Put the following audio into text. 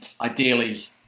Ideally